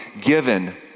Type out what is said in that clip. given